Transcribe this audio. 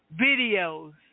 videos